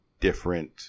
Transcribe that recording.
different